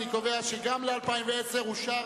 סעיף 83, הוצאות פיתוח אחרות, לשנת 2010, נתקבל.